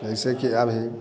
जैसे कि अभी